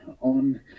on